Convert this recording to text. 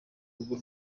rugo